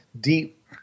deep